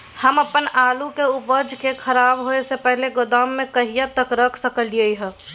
हम अपन आलू के उपज के खराब होय से पहिले गोदाम में कहिया तक रख सकलियै हन?